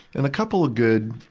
and a couple of good,